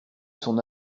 son